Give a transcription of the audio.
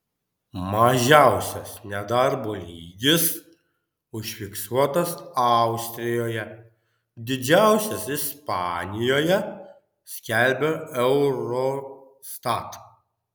mažiausias nedarbo lygis užfiksuotas austrijoje didžiausias ispanijoje skelbia eurostat